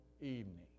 evening